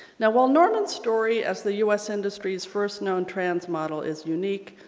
now while norman's story as the us industry's first known trans model is unique,